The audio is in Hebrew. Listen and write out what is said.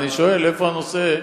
אני שואל איפה הנושא,